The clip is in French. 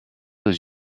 aux